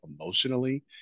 emotionally